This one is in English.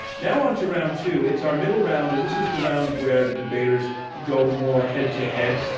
now, on to round two. it's our middle round and this is the round where the debaters go more head to head.